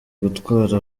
gutwara